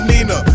Nina